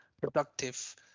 productive